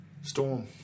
Storm